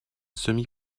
semi